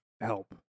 help